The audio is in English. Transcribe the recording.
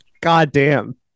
goddamn